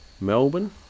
Melbourne